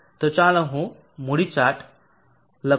તો ચાલો હું મૂડી ચાર્ટ લખો